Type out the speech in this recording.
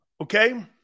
Okay